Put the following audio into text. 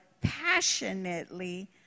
passionately